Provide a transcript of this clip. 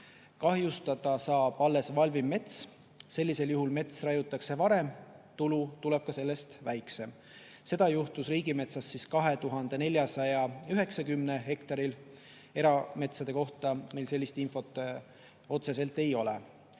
kahjustada saab alles valmiv mets. Sellisel juhul mets raiutakse varem, tulu tuleb ka sellest väiksem. Seda juhtus riigimetsas 2490 hektaril. Erametsade kohta meil sellist infot otseselt ei ole.